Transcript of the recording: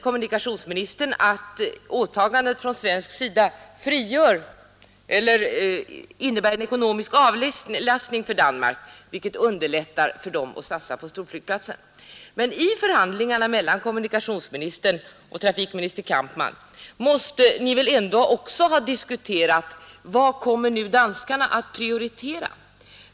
Kommunikationsministern säger att åtagandet från svensk sida innebär en ekonomisk avlastning för Danmark, vilken underlättar för danskarna att satsa på storflygplatsen. Men vid förhandlingarna mellan kommunikationsministern och trafikminister Kampmann måste man väl ändå ha diskuterat vad danskarna kan komma att prioritera.